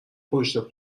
پشت